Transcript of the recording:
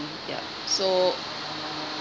ya so